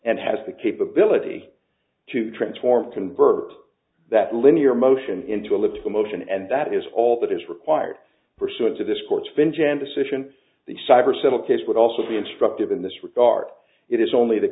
and has the capability to transform convert that linear motion into a little motion and that is all that is required for so it to this court's been jan decision the cyber civil case would also be instructive in this regard it is only the